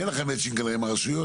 אין לכם מאצ'ינג עם הרשויות,